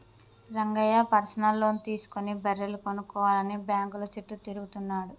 Rangayya personal loan తీసుకుని బర్రెలు కొనుక్కోవాలని బ్యాంకుల చుట్టూ తిరుగుతున్నాడు